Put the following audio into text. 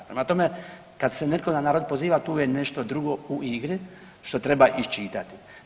Prema tome, kad se netko na narod poziva tu je nešto drugo u igri što treba iščitati.